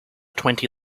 twenty